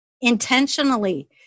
intentionally